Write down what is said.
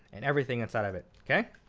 and everything inside of it. ok.